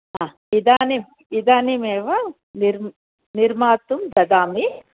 हा इदानीम् इदानीमेव निर्म् निर्मातुं ददामि